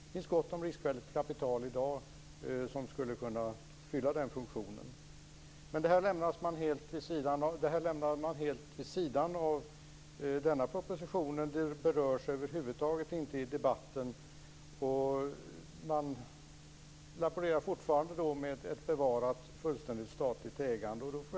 Det finns gott om riskvilligt kapital i dag som skulle kunna fylla den funktionen. Detta lämnas helt vid sidan om denna proposition, och det berörs över huvud taget inte i debatten. Socialdemokraterna laborerar fortfarande med ett bevarat fullständigt statligt ägande.